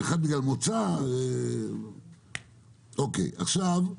אחת בגלל מוצא, לא משנה.